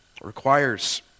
requires